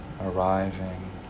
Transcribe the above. arriving